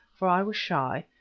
for i was shy,